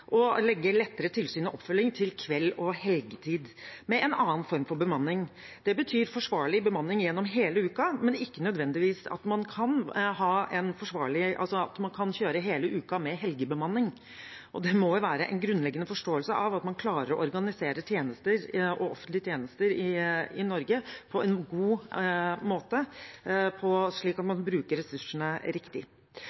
legge lettere tilsyn og oppfølging til kvelds- og helgetid med en annen form for bemanning. Det betyr forsvarlig bemanning gjennom hele uken, men ikke nødvendigvis at man kan kjøre hele uken med helgebemanning. Det må vel være en grunnleggende forståelse av at man klarer å organisere offentlige tjenester i Norge på en god måte, slik at